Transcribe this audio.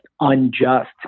unjust